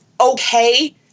okay